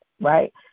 right